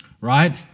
right